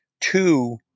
two